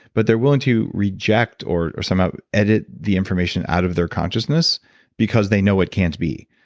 but they're willing to reject or or somehow edit the information out of their consciousness because they know it can't be.